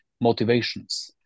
motivations